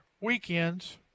weekends